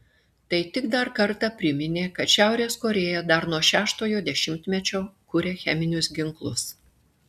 tai tik dar kartą priminė kad šiaurės korėja dar nuo šeštojo dešimtmečio kuria cheminius ginklus